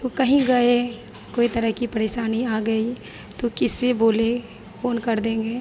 तो कहीं गए कोई तरह की परेशानी आ गई तो किससे बोले फ़ोन कर देंगे